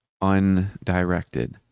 undirected